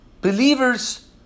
Believers